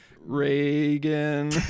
Reagan